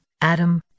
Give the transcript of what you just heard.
Adam